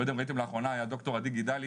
אני לא יודע אם ראיתם לאחרונה את ד"ר עדי גדלי,